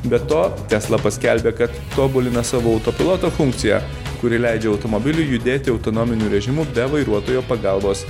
be to tesla paskelbė kad tobulina savo autopiloto funkciją kuri leidžia automobiliui judėti autonominiu režimu be vairuotojo pagalbos